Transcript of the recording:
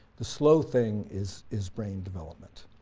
the slow thing is is brain development.